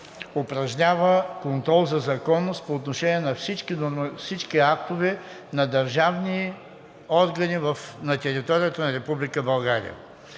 упражнява контрол за законност по отношение на всички актове на държавни органи на територията на Република